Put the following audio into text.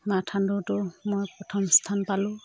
marathon দৌৰতো মই প্ৰথম স্থান পালোঁ